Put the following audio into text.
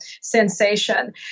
sensation